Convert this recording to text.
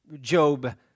Job